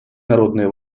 народные